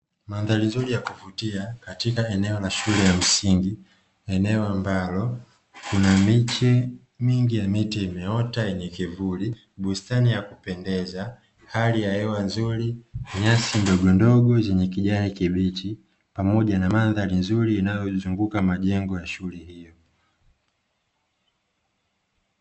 Mandhari nzuri ya kuvutia katika eneo la shule ya msingi, eneo ambalo lina miche mingi ya miti imeota yenye kivuli, bustani ya kupendeza, hali ya hewa nzuri, nyasi ndogo ndogo zenye kijani kibichi pamoja na mandhari nzuri inayozunguka majengo ya shule hiyo.